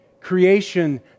Creation